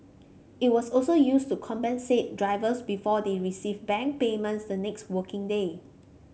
it was also used to compensate drivers before they received bank payments the next working day